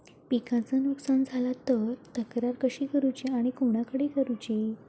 पिकाचा नुकसान झाला तर तक्रार कशी करूची आणि कोणाकडे करुची?